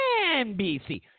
NBC